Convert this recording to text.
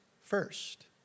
first